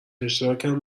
اشتراکم